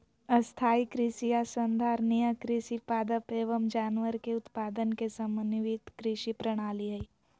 स्थाई कृषि या संधारणीय कृषि पादप एवम जानवर के उत्पादन के समन्वित कृषि प्रणाली हई